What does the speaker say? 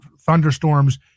thunderstorms